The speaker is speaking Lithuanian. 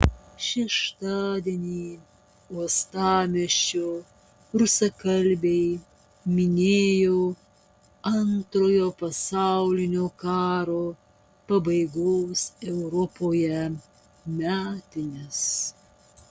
šeštadienį uostamiesčio rusakalbiai minėjo antrojo pasaulinio karo pabaigos europoje metines